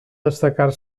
destacar